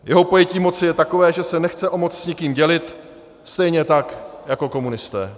Jeho pojetí moci je takové, že se nechce o moc s nikým dělit, stejně tak jako komunisté.